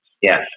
Yes